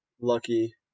Lucky